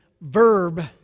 verb